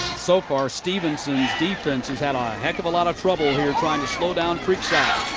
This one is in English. so far, stephenson's defense has had um a heck of a lot of trouble here trying to slow down creekside.